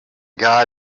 got